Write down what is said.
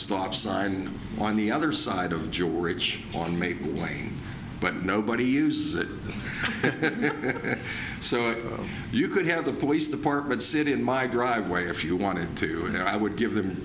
stop sign on the other side of the jaw rich on made lane but nobody uses it so you could have the police department sit in my driveway if you wanted to and i would give them